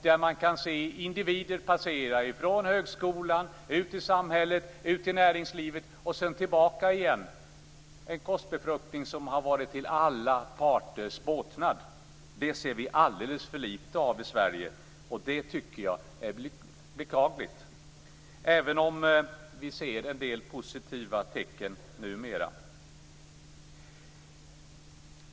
Där kan man se individer passera från högskolan, ut i samhället och näringslivet och sedan tillbaka igen - en korsbefruktning som varit till alla parters båtnad. Det ser vi alldeles för litet av här i Sverige, och det tycker jag är beklagligt - även om vi numera ser en del positiva tecken.